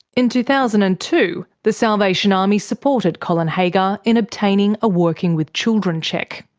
in two thousand and two, the salvation army supported colin haggar in obtaining a working with children check.